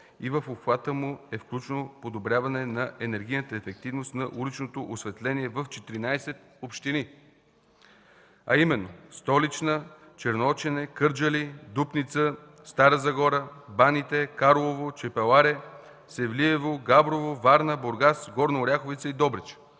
и в обхвата му е включено подобряване на енергийната ефективност на уличното осветление в четиринадесет общини: Столична, Черноочене, Кърджали, Дупница, Стара Загора, Баните, Карлово, Чепеларе, Севлиево, Габрово, Варна, Бургас, Горна Оряховица и Добрич.